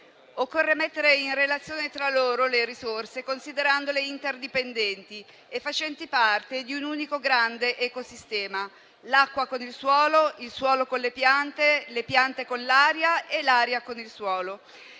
Occorre mettere in relazione tra loro le risorse, considerandole interdipendenti e facenti parte di un unico grande ecosistema: l'acqua con il suolo, il suolo con le piante, le piante con l'aria e l'aria con il suolo.